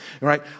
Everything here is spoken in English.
right